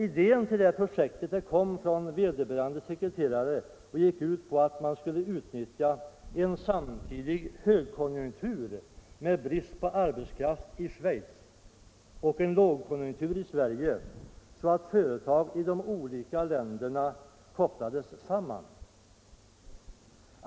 Idén till ESSI-projektet kom från vederbörande sekreterare och gick ut på att man skulle utnyttja en samtidig högkonjunktur med brist på arbetskraft i Schweiz och en lågkonjunktur i Sverige, så att företag i de olika länderna kopplades samman.